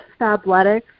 Fabletics